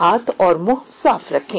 हाथ और मुंह साफ रखें